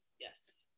Yes